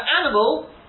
animal